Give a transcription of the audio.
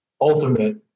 ultimate